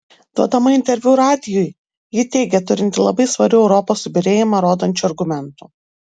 duodama interviu radijui ji teigė turinti labai svarių europos subyrėjimą rodančių argumentų